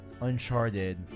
Uncharted